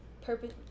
purpose